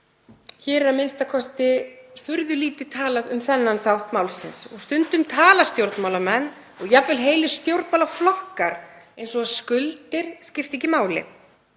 Hér er a.m.k. furðu lítið talað um þennan þátt málsins. Stundum tala stjórnmálamenn og jafnvel heilir stjórnmálaflokkar eins og skuldir skipti ekki máli,